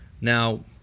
Now